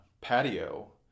patio